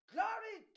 Glory